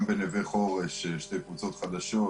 גם ב"נווה חורש" יש שתי קבוצות חדשות,